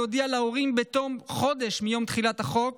החינוך להודיע להורים בתום חודש מיום תחילת החוק